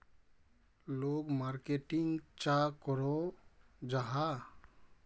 लोग मार्केटिंग चाँ करो जाहा?